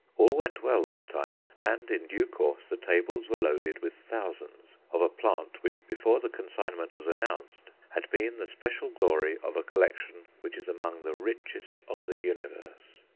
all went well this time, and in due course the tables were loaded with thousands of a plant which, before the consignment was announced, had been the special glory of a collection which is among the richest of the universe.